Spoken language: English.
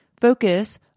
focus